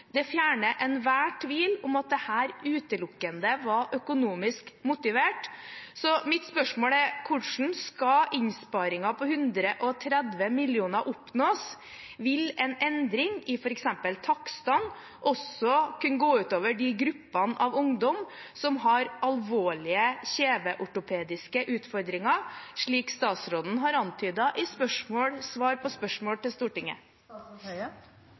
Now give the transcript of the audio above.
Det fjerner enhver tvil om at dette utelukkende var økonomisk motivert. Så mitt spørsmål er: Hvordan skal innsparingen på 130 mill. kr oppnås? Vil en endring i f.eks. takstene også kunne gå ut over de gruppene av ungdom som har alvorlige kjeveortopediske utfordringer, slik statsråden har antydet i svar på spørsmål til Stortinget?